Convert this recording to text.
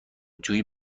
جویی